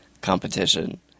competition